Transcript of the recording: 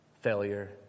failure